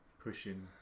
pushing